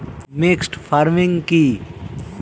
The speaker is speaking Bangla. মিক্সড ফার্মিং কি?